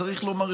צריך לומר,